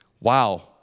wow